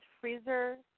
freezer